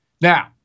Now